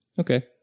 Okay